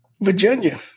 Virginia